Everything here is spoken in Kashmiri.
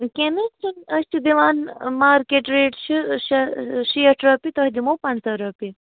کیٚنٛہہ نَہ حظ چھُنہٕ اَسہِ چھُ دِوان مارکٮ۪ٹ ریٹ چھِ شےٚ شیٹھ رۄپیہِ تۄہہِ دِمو پنٛژاہ رۄپیہِ